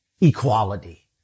Equality